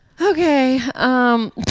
Okay